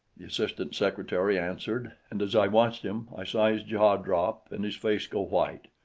the assistant secretary answered, and as i watched him, i saw his jaw drop and his face go white.